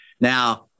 Now